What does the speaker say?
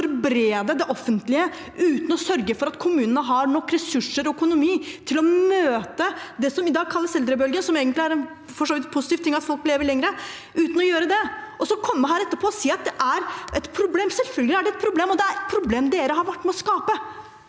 uten å forberede det offentlige, uten å sørge for at kommunene har nok ressurser og økonomi til å møte det som i dag kalles eldrebølgen – som egentlig er en positiv ting, siden folk lever lenger – og så kommer han etterpå og sier at det er et problem. Selvfølgelig er det et problem, og det er et problem han har vært med på å skape.